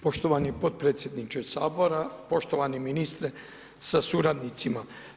Poštovani potpredsjedniče Sabora, poštovani ministre sa suradnicima.